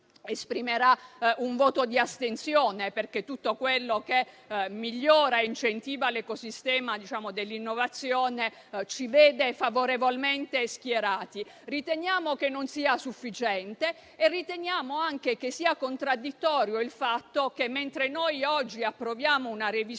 esprimerà un voto di astensione, perché tutto quello che migliora e incentiva l'ecosistema dell'innovazione ci vede favorevolmente schierati. Riteniamo che non sia sufficiente e anche che sia contraddittorio il fatto che, mentre noi oggi approviamo una revisione